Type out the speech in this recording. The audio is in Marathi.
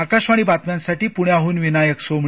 आकाशवाणी बातम्यांसाठी पुण्याहन विनायक सोमणी